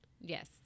Yes